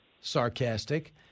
Sarcastic